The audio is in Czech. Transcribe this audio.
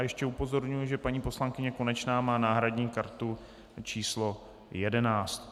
Ještě upozorňuji, že paní poslankyně Konečná má náhradní kartu číslo 11.